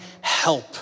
help